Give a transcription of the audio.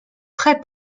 très